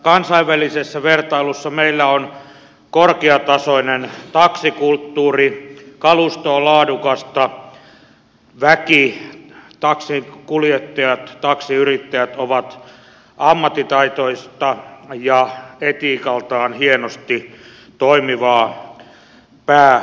kansainvälisessä vertailussa meillä on korkeatasoinen taksikulttuuri kalusto on laadukasta väki taksinkuljettajat taksiyrittäjät on ammattitaitoista ja etiikaltaan hienosti toimivaa pääosin